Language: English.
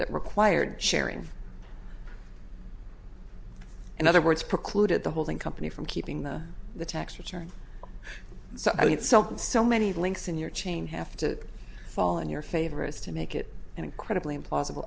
that required sharing in other words precluded the holding company from keeping the the tax return so i mean something so many links in your chain have to fall in your favor as to make it an incredibly impossible